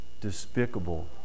despicable